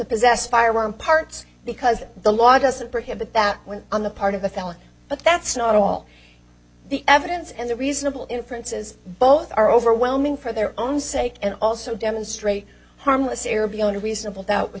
possess a firearm parts because the law doesn't prohibit that when on the part of a felon but that's not all the evidence and the reasonable inferences both are overwhelming for their own sake and also demonstrate harmless error beyond reasonable doubt with